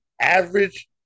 average